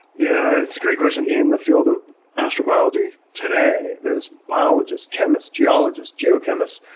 yeah it's a great question. in the field of astrobiology today, there's biologists, chemi sts, geologists, geochemists,